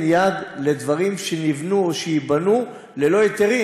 יד לדברים שנבנו או שייבנו ללא היתרים.